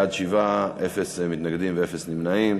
בעד, 7, אפס מתנגדים ואפס נמנעים.